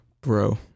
Bro